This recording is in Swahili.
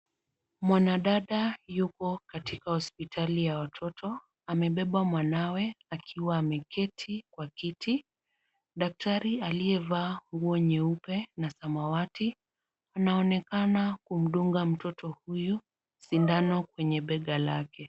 Mwanadada yupo katika hosipitali ya watoto amebeba mwanawe akiwa ameketi kwa kiti. Daktari aliyevaa nguo nyeupe na samawati anaonekana kumdunga mtoto huyu sindano kwenye bega lake.